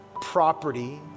property